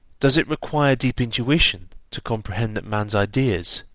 does it require deep intuition to comprehend that man's ideas,